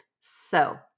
So-